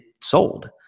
sold